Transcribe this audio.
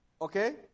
Okay